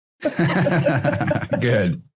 Good